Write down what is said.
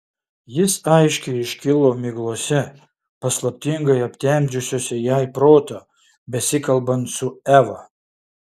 jis aiškiai iškilo miglose paslaptingai aptemdžiusiose jai protą besikalbant su eva